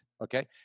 okay